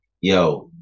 yo